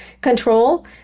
control